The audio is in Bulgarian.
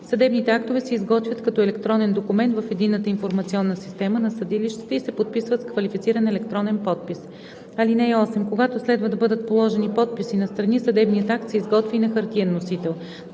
Съдебните актове се изготвят като електронен документ в eдинната информационна система на съдилищата и се подписват с квалифициран електронен подпис. (8) Когато следва да бъдат положени подписи на страни, съдебният акт се изготвя и на хартиен носител.